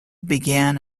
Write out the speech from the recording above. begin